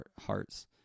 Hearts